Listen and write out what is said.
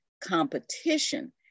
competition